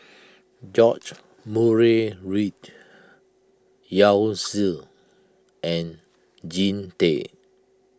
George Murray Reith Yao Zi and Jean Tay